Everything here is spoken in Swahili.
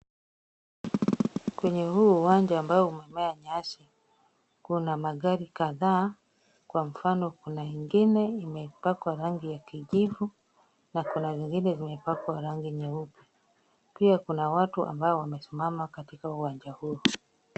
Kwenye huu uwanja ambao umemea nyasi, kuna magari kadhaa. Kwa mfano kuna ingine imepakwa rangi ya kijivu, na kuna zingine zimepawa rangi nyeupe. Pia kuna watu ambao wamesimama katika uwanja huo.